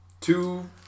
Two